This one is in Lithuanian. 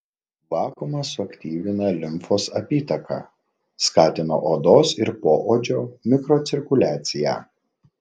vakuumas suaktyvina limfos apytaką skatina odos ir poodžio mikrocirkuliaciją